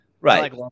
right